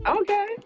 okay